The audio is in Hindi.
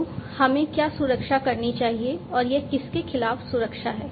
तो हमें क्या सुरक्षा करनी चाहिए और यह किसके खिलाफ सुरक्षा है